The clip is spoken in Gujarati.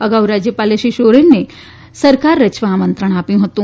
અગાઉ રાજયપાલે શ્રી સોરેનને સરકાર રચવા આમંત્રણ આપ્યુ હતું